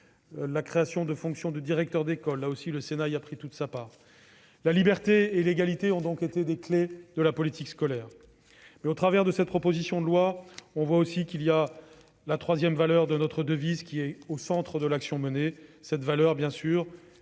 création d'une fonction de directeur d'école- là aussi, le Sénat a pris toute sa part ... La liberté et l'égalité ont donc été des clés de notre politique scolaire. Avec cette proposition de loi, on voit aussi que la troisième valeur de notre devise républicaine est au centre de l'action menée. Cette valeur si